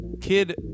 Kid